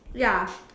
ya